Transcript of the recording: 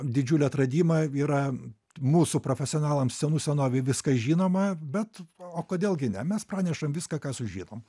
didžiulį atradimą yra mūsų profesionalams senų senovėj viskas žinoma bet o kodėl gi ne mes pranešam viską ką sužinom